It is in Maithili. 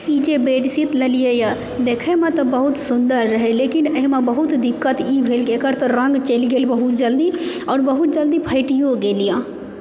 ई जे बेडशीट लेलिए देखएमे तऽ बहुत सुन्दर रहए लेकिन एहिमे बहुत दिक्कत ई भेल जे एकर तऽ रङ्ग चलि गेल बहुत जल्दी आओर बहुत जल्दी फाटिओ गेलैए